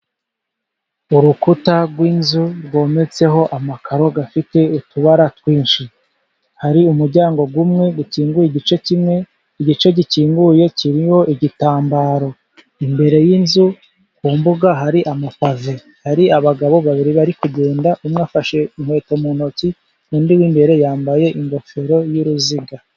Urukuta rw'inzu rwometseho amakaro afite utubara twinshi, hari umuryango umwe ukinguye igice kimwe, igice gikinguye kiriho igitambaro, imbere y'inzu ku mbuga hari amapave, hari abagabo babiri bari kugenda, umwe afashe inkweto mu ntoki undi w'imbere yambaye ingofero y'uruziga.